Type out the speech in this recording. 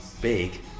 big